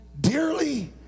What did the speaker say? dearly